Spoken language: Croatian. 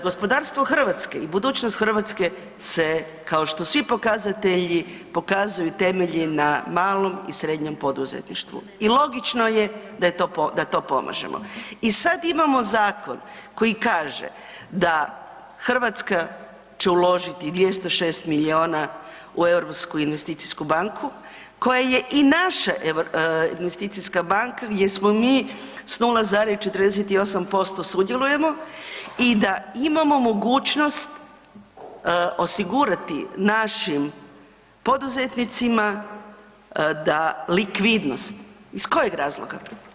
Gospodarstvo Hrvatske i budućnost Hrvatske se, kao što svi pokazatelji pokazuju temelji na malom i srednjem poduzetništvu i logično je da je to, da to pomažemo i sad imamo zakon koji kaže da Hrvatska će uložiti 206 milijuna u EIB koja je i naše, investicijska banka gdje smo mi s 0,48% sudjelujemo i da imamo mogućnost osigurati našim poduzetnicima da likvidnost, iz kojeg razloga?